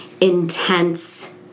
intense